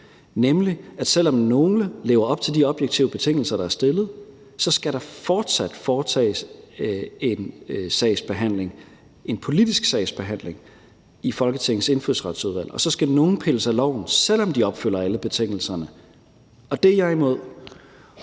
nemlig at selv om nogle lever op til de objektive betingelser, der er stillet, så skal der fortsat foretages en sagsbehandling, en politisk sagsbehandling i Folketingets Indfødsretsudvalg. Og så skal nogle pilles af loven, selv om de opfylder alle betingelserne. Det er jeg imod.